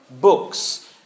books